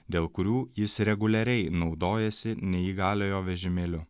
dėl kurių jis reguliariai naudojasi neįgaliojo vežimėliu